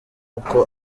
uko